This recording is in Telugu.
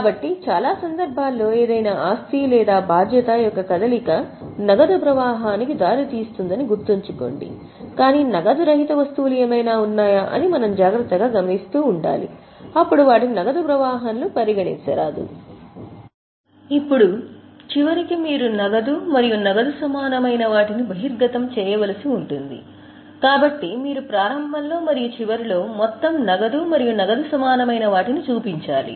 కాబట్టి చాలా సందర్భాల్లో ఏదైనా ఆస్తి లేదా బాధ్యత యొక్క కదలిక నగదు ప్రవాహానికి దారితీస్తుందని గుర్తుంచుకోండి కాని నగదు రహిత వస్తువులు ఏమైనా ఉన్నాయా అని మనం జాగ్రత్తగా గమనిస్తూ ఉండాలి అప్పుడు వాటిని నగదు ప్రవాహంలో పరిగణించరాదు ఇప్పుడు చివరికి మీరు నగదు మరియు నగదు సమానమైన వాటిని బహిర్గతం చేయవలసి ఉంటుంది కాబట్టి మీరు ప్రారంభంలో మరియు చివరిలో మొత్తం నగదు మరియు నగదు సమానమైన వాటిని చూపించాలి